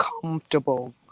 comfortable